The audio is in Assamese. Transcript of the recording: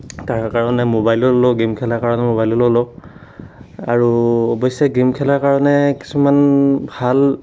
তাৰ কাৰণে মোবাইলো ল'লোঁ গেম খেলাৰ কাৰণে মোবাইলো ল'লোঁ আৰু অৱশ্যে গেম খেলাৰ কাৰণে কিছুমান ভাল